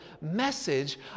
message